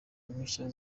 impushya